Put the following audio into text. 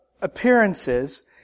appearances